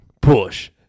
Push